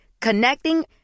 Connecting